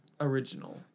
original